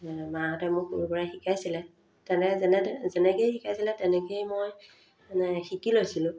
মাহঁতে মোৰ সৰুৰপৰা শিকাইছিলে তেনেকৈ যেনে যেনেকৈয়ে শিকাইছিলে তেনেকৈয়ে মই মানে শিকি লৈছিলোঁ